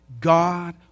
God